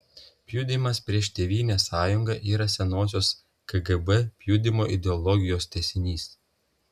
pjudymas prieš tėvynės sąjungą yra senosios kgb pjudymo ideologijos tęsinys